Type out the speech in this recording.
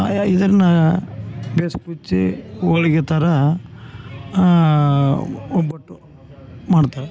ಅಯ್ಯ ಇದರ್ನಾ ಬೇಸ್ಪುಚ್ಚಿ ಹೋಳ್ಗೆ ಥರ ಒಬ್ಬಟ್ಟು ಮಾಡ್ತಾರೆ